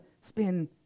spend